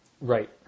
Right